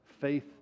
faith